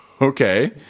okay